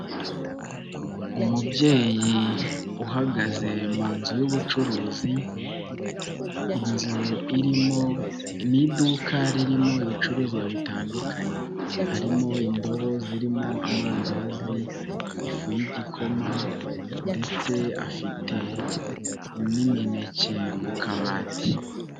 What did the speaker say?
Umubyeyi uhagaze mu nzu y'ubucuruzi, inzu irimo n'iduka ririmo ibicuruzwa bitandukanye. Harimo indobo zirimo amandazi, ifu y'igikoma ndetse afite n'imineke ku kabati.